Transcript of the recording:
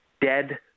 Dead